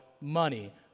money